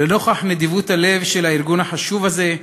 לנוכח נדיבות הלב של הארגון החשוב הזה,